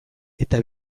eta